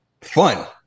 fun